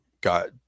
got